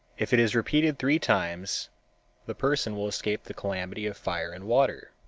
if it is repeated three times the person will escape the calamity of fire and water.